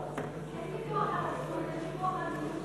אין ויכוח על הזכות, יש ויכוח על מימוש